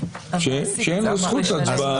שאין לו זכות הצבעה?